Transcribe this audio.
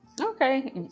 Okay